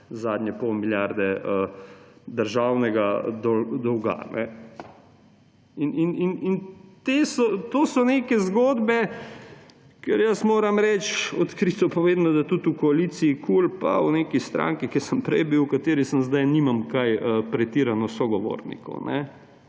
zadnje pol milijarde državnega dolga. To so neke zgodbe, ker moram reči, odkrito povedano, da tudi v koaliciji KUL pa o neki stranki, kjer sem prej bil, v kateri sem sedaj, nimam kaj pretirano sogovornikov.